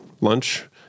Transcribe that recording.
lunch